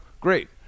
great